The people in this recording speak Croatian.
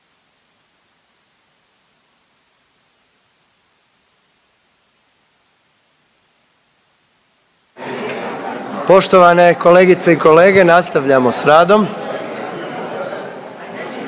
Poštovane kolegice i kolege, nastavljamo sa radom.